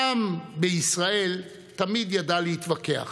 העם בישראל תמיד ידע להתווכח,